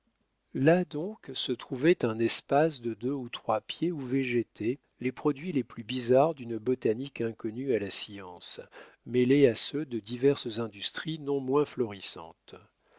là donc se trouvait un espace de deux ou trois pieds où végétaient les produits les plus bizarres d'une botanique inconnue à la science mêlés à ceux de diverses industries non moins florissantes